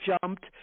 jumped